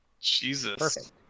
Jesus